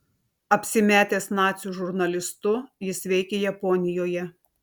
apsimetęs nacių žurnalistu jis veikė japonijoje